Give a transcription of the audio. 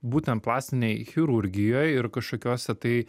būtent plastinėj chirurgijoj ir kažkokiuose tai